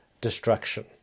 destruction